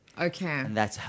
Okay